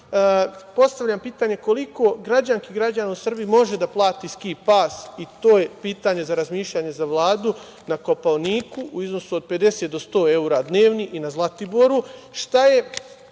postavljam pitanje koliko građanki i građana u Srbiji može da plati ski pas, i to je pitanje i za razmišljanje za Vladu, na Kopaoniku u iznosu od 50 do 100 eura dnevno i na Zlatiboru.